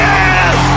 Yes